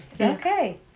Okay